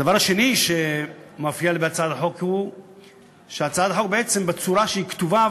הדבר השני שמפריע לי בהצעת החוק הוא שבצורה שהיא כתובה,